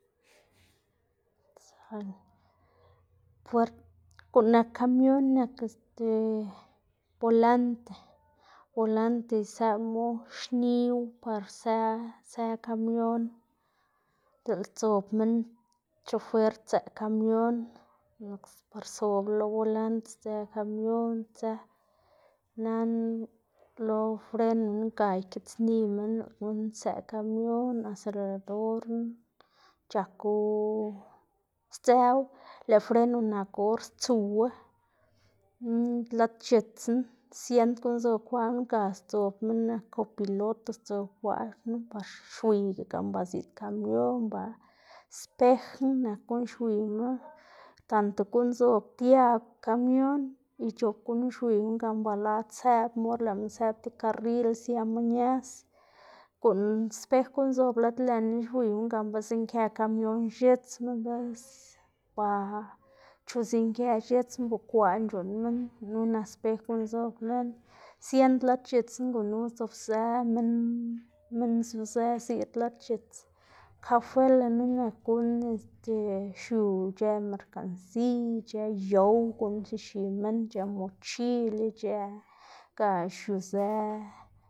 puert, guꞌn nak kamion nak este bolante, bolante isëꞌmu xniwu par së së kamion, diꞌl dzob minn chofer tseꞌ kamion nak par sob lo bolante sdzë kamion dzë. Nana lo frenona ga ikiꞌtsniy minn lëꞌ gunu tsëꞌ kamion aseladorna c̲h̲ako sdzëwu, lëꞌ freno nak or stsuwu, lad x̱itsna siend guꞌn zob kwa knu ga sdzob minn nak kopiloto sdzob kwaꞌ knu par xwiy gan ba ziꞌd kamion ba, spejna nak guꞌn xwiyma, tanto guꞌn zob diag kamion ic̲h̲op gunu xwiyma gan ba lad sëꞌbma or lëꞌma sëꞌb tib karril siama ñaz, guꞌn spej guꞌn zob lad lën na xwiyma gan be zinkë kamion x̱itsma be ba chu zinkë x̱itsma, bekwaꞌn c̲h̲uꞌnn minn, gunu nak spej guꞌn zob lën, siend lad x̱itsna gunu sdzobzë minn, minn zuzë ziꞌd lad x̱its, kafuela nak guꞌn este xiu ic̲h̲ë merkansiy ic̲h̲ë yow guꞌn c̲h̲ixi minn ic̲h̲ë mochil ic̲h̲ë ga xiuzë.